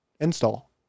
install